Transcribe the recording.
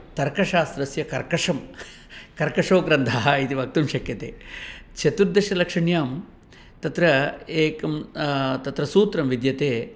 तर्कशास्त्रस्य कर्कशं कर्कशः ग्रन्थः इति वक्तुं शक्यते चतुर्दशलक्षण्यां तत्र एकं तत्र सूत्रं विद्यते